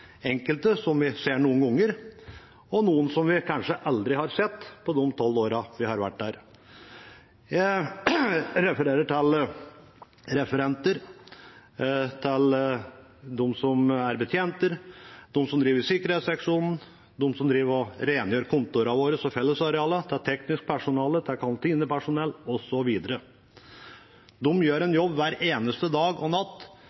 enkelte vi ser noen ganger, og noen vi kanskje aldri har sett på de 12 årene jeg har vært her. Jeg refererer til referenter, betjenter, de som driver sikkerhetsseksjonen, de som rengjør kontorene våre og fellesarealene, teknisk personale, kantinepersonell osv. De gjør en jobb hver eneste dag og natt